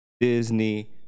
Disney